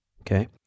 Okay